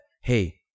hey